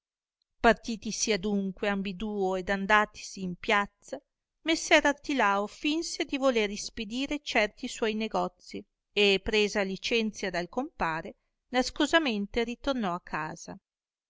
partitisi dunque ambiduo ed andatisi in piazza messer artilao fìnse di voler ispedire certi suoi negozij e presa licenzia dal compare nascosamente ritornò a casa